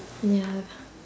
ya